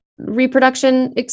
reproduction